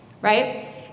right